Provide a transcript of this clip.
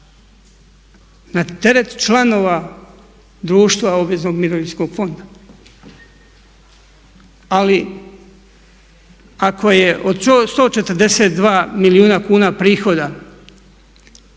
Na teret članova društva obveznog mirovinskog fonda. Ali ako je od 142 milijuna kuna prihoda